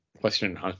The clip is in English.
question